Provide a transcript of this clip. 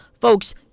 Folks